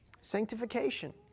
Sanctification